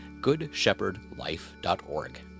goodshepherdlife.org